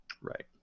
Right